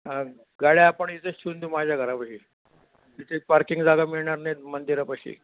हा गाड्या आपण इथेच ठेवून देऊ माझ्या घरापाशी तिथे पार्किंग जागा मिळणार नाही मंदिरापाशी